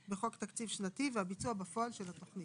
ההערה מתייחסת לכך שיתכן שרמת התמיכה